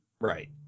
Right